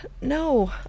no